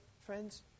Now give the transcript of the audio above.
friends